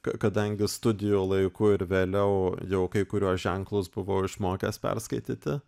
ka kadangi studijų laiku ir vėliau jau kai kuriuos ženklus buvau išmokęs perskaityti